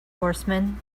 horsemen